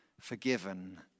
forgiven